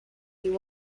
you